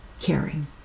caring